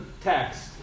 text